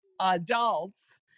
adults